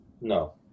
No